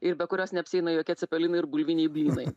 ir be kurios neapsieina jokie cepelinai ir bulviniai blynai